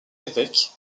évêque